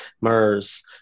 MERS